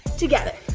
together.